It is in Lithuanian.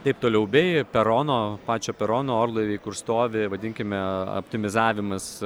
taip toliau bei perono pačio perono orlaiviai kur stovi vadinkime optimizavimas